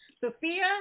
Sophia